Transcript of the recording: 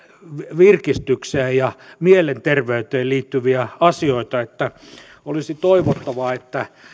virkistykseen ja mielenterveyteen liittyviä asioita että olisi toivottavaa että